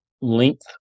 length